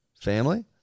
Family